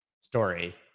story